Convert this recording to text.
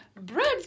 bread